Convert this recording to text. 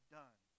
done